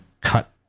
cut